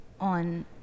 on